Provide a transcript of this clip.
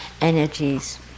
energies